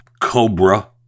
cobra